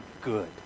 good